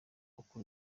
uko